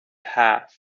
have